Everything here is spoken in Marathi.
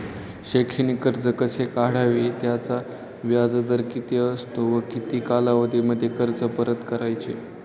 शैक्षणिक कर्ज कसे काढावे? त्याचा व्याजदर किती असतो व किती कालावधीमध्ये कर्ज परत करायचे?